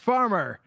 Farmer